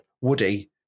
Woody